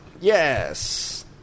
Yes